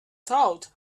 thought